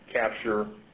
capture